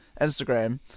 Instagram